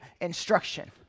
instruction